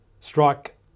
Strike